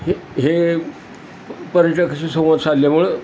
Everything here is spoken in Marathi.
हे हे पर्यटकाशी संवाद साधल्यामुळं